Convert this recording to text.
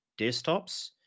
desktops